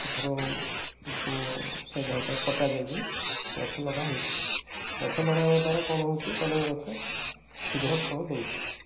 ଏଥିରୁ ସେ ଡାହିଟା କଟା ଯାଇକି ଗଛ ଲଗା ହେଉଛି ଗଛ ଲଗାଇବା ଦ୍ୱାରା କ'ଣ ହେଉଛି କଲମି ଗଛ ଶୀଘ୍ର ଫଳ ଦେଉଛି